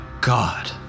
god